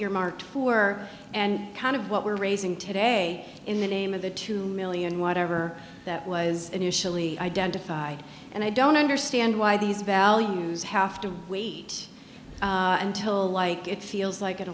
earmarked who are and kind of what we're raising today in the name of the two million whatever that was initially identified and i don't understand why these values have to wait until like it feels like an